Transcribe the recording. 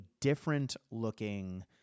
different-looking